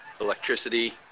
electricity